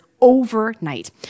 overnight